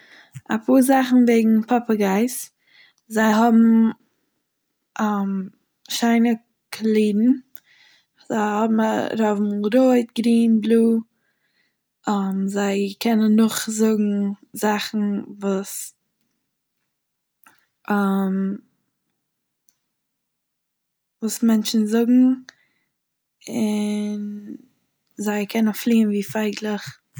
אפאהר זאכן וועגן פאפא גייס זיי האבן שיינע קאלירן זיי האבן א זיי האבן רויט גרין בלוי, זיי קענען נאכזאגן זאכן וואס pause וואס מענטשען זאגן און... זיי קענען אויך פליען ווי פייגלעך.